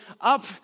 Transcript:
up